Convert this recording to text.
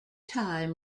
time